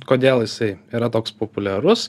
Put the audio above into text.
kodėl jisai yra toks populiarus